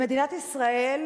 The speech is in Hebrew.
במדינת ישראל,